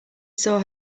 saw